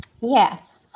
yes